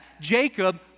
Jacob